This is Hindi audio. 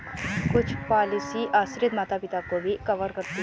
कुछ पॉलिसी आश्रित माता पिता को भी कवर करती है